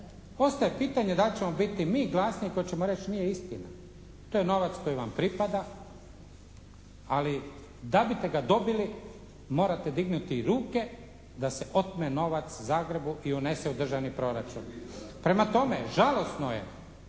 Postoji pitanje da li ćemo biti mi glasniji koji ćemo reći nije istina. To je novac koji vam pripada, ali da biste ga dobili morate dignuti ruke da se otme novac Zagrebu i unese u državni proračun. Prema tome žalosno je